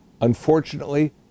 Unfortunately